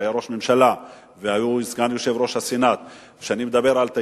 שהיה ראש ממשלה והיום הוא סגן יושב-ראש הסנאט,